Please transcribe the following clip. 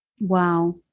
Wow